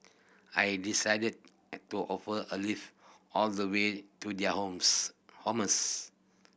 I decided to offer a lift all the way to their homes